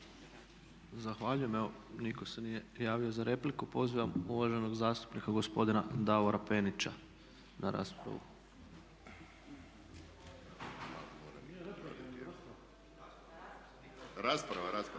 Zahvaljujem. Evo nitko se nije javio za repliku. Pozivam uvaženog zastupnika, gospodina Davora Penića na raspravu. **Penić, Davor